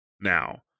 Now